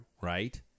right